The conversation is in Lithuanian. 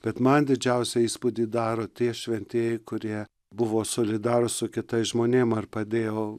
bet man didžiausią įspūdį daro tie šventieji kurie buvo solidarūs su kitais žmonėm ar padėjo